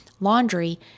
laundry